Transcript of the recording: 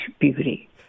beauty